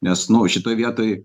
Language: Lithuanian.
nes nu šitoj vietoj